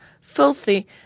filthy